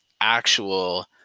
actual